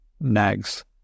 nags